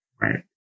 right